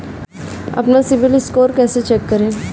अपना CIBIL score कैसे check करें?